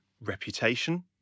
reputation